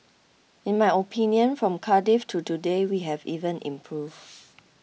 in my opinion from Cardiff to today we have even improved